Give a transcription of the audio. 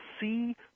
see